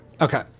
Okay